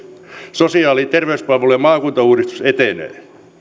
sosiaali ja terveyspalvelujen maakuntauudistus etenee